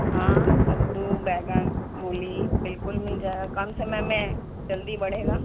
ہاں کدو بیگن مولی بالکل مل جائے گا کم سمے میں جلدی بڑھے گا